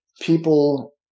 People